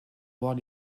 voir